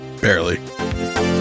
Barely